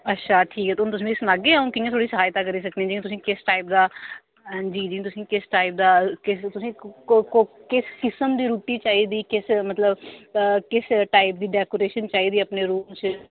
अच्छा ठीक है हून तुस मिगी सनागे अ'ऊं कि'यां थुआढ़ी सहायता करी सकनी आं किस टाइप दा जी जी तुसें गी किस टाइप दा तुसें गी किस किस्म दी रुट्टी चाहिदी किस मतलब किस टाइप दी डेकोरेशन चाहिदी अपने रूम च